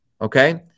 okay